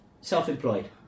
self-employed